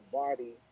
body